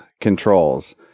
controls